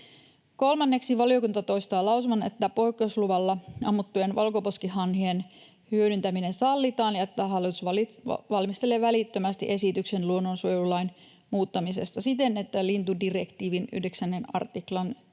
Kolmanneksi valiokunta toistaa lausuman, että ”poikkeusluvalla ammuttujen valkoposkihanhien hyödyntäminen sallitaan ja että hallitus valmistelee välittömästi esityksen luonnonsuojelulain muuttamisesta siten, että lintudirektiivin 9 artiklan 1